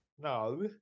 no